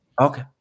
okay